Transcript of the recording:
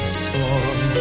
sworn